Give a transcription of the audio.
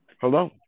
Hello